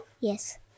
Yes